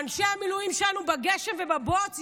כשאנשי המילואים שלנו בגשם ובבוץ,